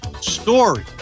story